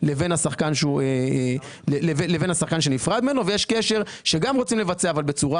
לבין השחקן שנפרד ממנו ויש קשר שגם רוצים לבצע אבל בצורה,